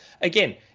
Again